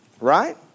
Right